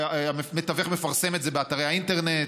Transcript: המפרסם מפרסם את זה באתרי האינטרנט.